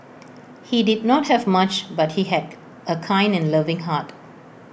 he did not have much but he had A kind and loving heart